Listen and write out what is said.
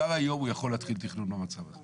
כבר היום הוא יכול להתחיל תכנון במצב הזה.